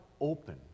open